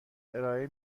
ارائه